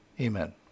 Amen